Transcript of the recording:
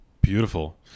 Beautiful